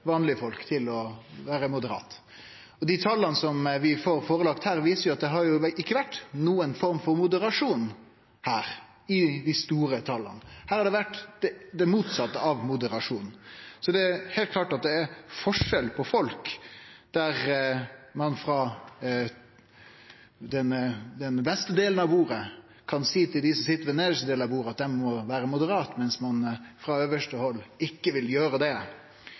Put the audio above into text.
vanlege folk oppfordra til å vere moderate. Dei tala som vi får lagt fram her, viser at det ikkje har vore noka form for moderasjon her – i dei store tala. Her har det vore det motsette av moderasjon. Så det er heilt klart at det er forskjell på folk, der dei frå den øvste delen av bordet kan seie til dei som sit ved den nedste delen av bordet, at dei må vere moderate, mens ein frå øvste hald ikkje vil vere det.